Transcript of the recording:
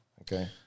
okay